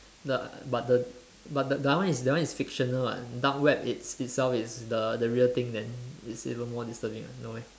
the but the but the that one is that one is fictional [what] dark web it's itself is the the real thing then it's even more disturbing [what] no meh